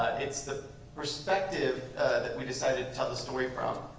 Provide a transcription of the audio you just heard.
it's the perspective that we decided to tell the story from.